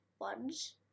ones